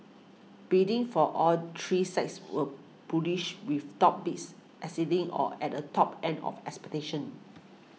bidding for all three sites were bullish with top bids exceeding or at the top end of expectations